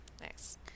Nice